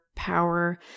power